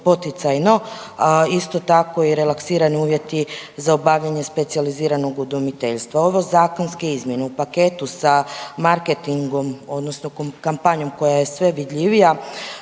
poticajno, a isto tako i relaksirani uvjeti za obavljanje specijaliziranog udomiteljstva. Ove zakonske izmjene u paketu sa marketingom odnosno kampanjom koja je sve vidljivija